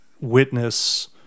witness